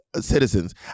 citizens